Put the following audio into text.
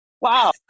Wow